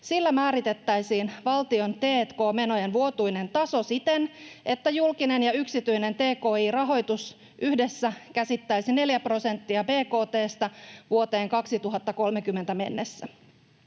Sillä määritettäisiin valtion t&k-menojen vuotuinen taso siten, että julkinen ja yksityinen tki-rahoitus yhdessä käsittäisi 4 prosenttia bkt:sta vuoteen 2030 mennessä.